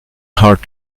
hard